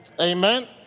Amen